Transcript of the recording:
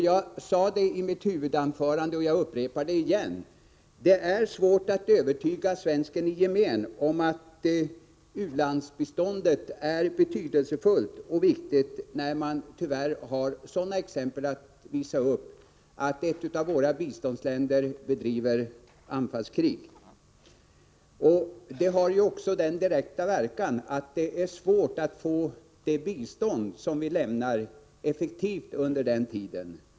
Jag sade i mitt huvudanförande, och jag upprepar det, att det är svårt att övertyga svensken i gemen om att u-landsbiståndet är betydelsefullt och viktigt när vi tyvärr har sådana exempel att visa upp som att ett av våra biståndsländer bedriver anfallskrig. Det har också den direkta verkan att det är svårt att få det bistånd vi lämnar effektivt under denna tid.